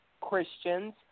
Christians